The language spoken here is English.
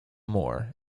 moore